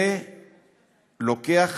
זה לוקח